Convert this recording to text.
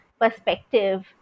perspective